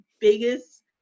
biggest